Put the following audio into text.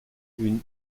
une